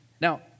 Now